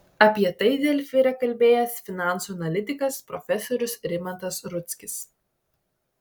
apie tai delfi yra kalbėjęs finansų analitikas profesorius rimantas rudzkis